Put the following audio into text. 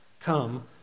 Come